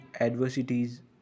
adversities